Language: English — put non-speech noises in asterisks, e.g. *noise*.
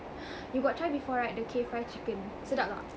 *breath* you got try before right the K Fry chicken sedap tak